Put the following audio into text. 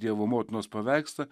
dievo motinos paveikslą